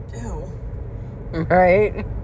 Right